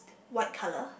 white colour